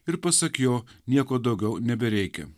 ir pasak jo nieko daugiau nebereikia